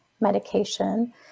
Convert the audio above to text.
medication